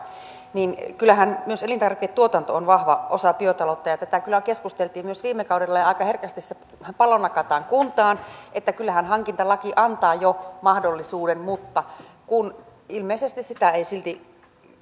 kyllähän myös elintarviketuotanto on vahva osa biotaloutta tästä kyllä keskusteltiin myös viime kaudella ja aika herkästi se pallo nakataan kuntaan että kyllähän hankintalaki antaa jo mahdollisuuden mutta kun ilmeisesti sitä ei silti